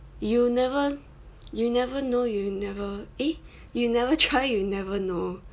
you never you never know you never eh you never try you never know